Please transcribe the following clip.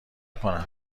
کنم